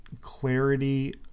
clarity